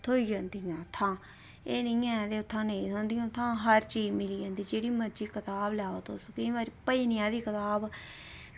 थ्होई जंदियां उत्थुआं एह् निं ऐ की उत्थुआं नेईं थ्होंदियां उत्थां हर चीज़ मिली जंदी जेह्ड़ी मर्ज़ी कताब लैओ तुस केईं बारी भजनें आह्ली कताब